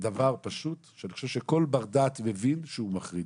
דבר שאני חושב שכל בר דעת מבין שהוא מחריד.